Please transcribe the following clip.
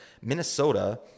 Minnesota